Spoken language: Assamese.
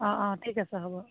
অঁ অঁ ঠিক আছে হ'ব